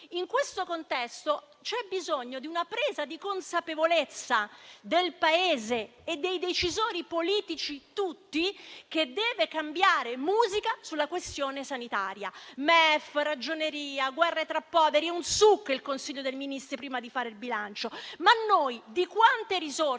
In questo contesto c'è bisogno di una presa di consapevolezza del Paese e dei decisori politici tutti, che deve cambiare musica sulla questione sanitaria. MEF, Ragioneria, guerre tra poveri; il Consiglio dei Ministri, prima di fare il bilancio, è un *suk*. Ma noi di quante risorse